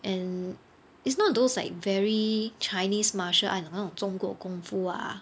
and it's not those like very chinese martial art you know 那种中国功夫 ah